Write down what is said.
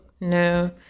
no